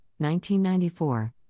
1994